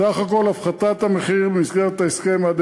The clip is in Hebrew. סך הכול הפחתת המחירים במסגרת ההסכם עד